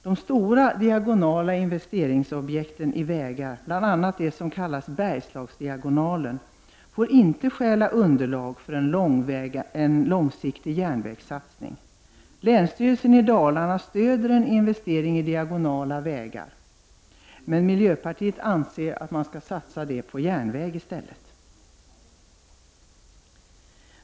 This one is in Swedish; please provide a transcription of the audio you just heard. De stora diagonala investeringsobjekten i vägar, bl.a. det som kallas Bergslagsdiagonalen, får inte stjäla underlag för en långsiktig järnvägssatsning. Länsstyrelsen i Dalarna stödjer en investering i diagonala vägar. Men miljöpartiet anser att man skall satsa medlen på järnväg i stället.